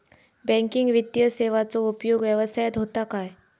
Banking वित्तीय सेवाचो उपयोग व्यवसायात होता काय?